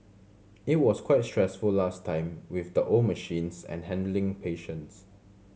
it was quite stressful last time with the old machines and handling patients